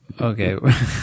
Okay